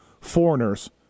foreigners